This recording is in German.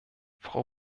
frau